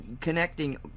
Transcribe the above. connecting